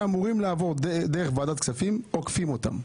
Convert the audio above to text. כספים שאמורים לעבור דרך ועדת הכספים עוקפים את הוועדה.